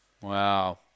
Wow